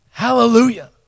Hallelujah